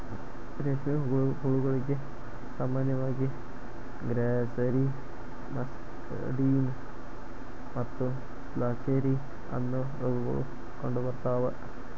ರೇಷ್ಮೆ ಹುಳಗಳಿಗೆ ಸಾಮಾನ್ಯವಾಗಿ ಗ್ರಾಸ್ಸೆರಿ, ಮಸ್ಕಡಿನ್ ಮತ್ತು ಫ್ಲಾಚೆರಿ, ಅನ್ನೋ ರೋಗಗಳು ಕಂಡುಬರ್ತಾವ